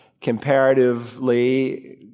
comparatively